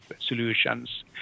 solutions